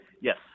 Yes